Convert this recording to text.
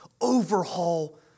overhaul